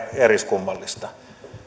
eriskummallista